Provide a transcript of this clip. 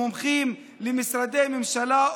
שמחברת רופאים ומומחים למשרדי ממשלה,